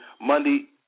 Monday –